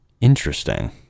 Interesting